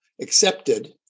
accepted